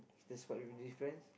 the spot will be different